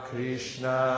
Krishna